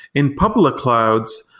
in public clouds,